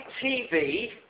TV